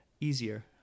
easier